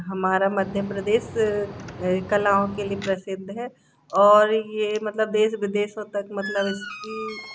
हमारा मध्य प्रदेश कलाओं के लिए प्रसिद्ध है और ये मतलब देश विदेशों तक मतलब इसकी